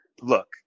Look